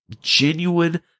genuine